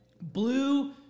blue